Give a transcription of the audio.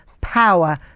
power